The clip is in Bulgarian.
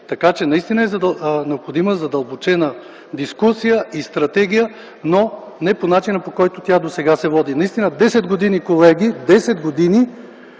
решен. Наистина е необходима задълбочена дискусия и стратегия, но не по начина, по който тя досега се води. Наистина – десет години, колеги, десет години